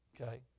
Okay